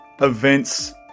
events